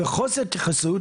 וחוסר התייחסות